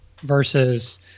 versus